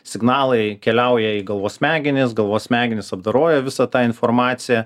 signalai keliauja į galvos smegenis galvos smegenys apdoroja visą tą informaciją